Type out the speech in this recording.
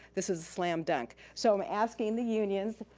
this was a slam dunk. so i'm asking the union,